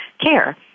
care